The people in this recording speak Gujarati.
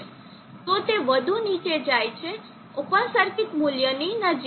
તો તે વધુ નીચે જાય છે ઓપન સર્કિટ મૂલ્યની નજીક